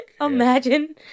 Imagine